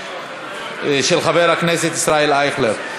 של חבר הכנסת ישראל אייכלר.